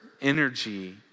energy